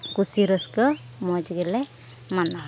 ᱠᱩᱥᱤ ᱨᱟᱹᱥᱠᱟᱹ ᱢᱚᱡᱽ ᱜᱮᱞᱮ ᱢᱟᱱᱟᱣᱟ